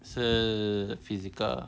是 physical lah